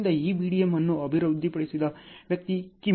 ಆದ್ದರಿಂದ ಈ BDM ಅನ್ನು ಅಭಿವೃದ್ಧಿಪಡಿಸಿದ ವ್ಯಕ್ತಿ ಕಿಮ್